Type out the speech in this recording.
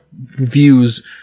views